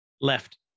Left